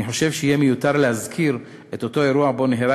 אני חושב שיהיה מיותר להזכיר את אותו אירוע שבו נהרג